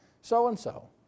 so-and-so